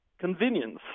convenience